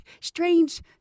strange